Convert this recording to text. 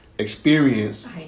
experience